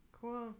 Cool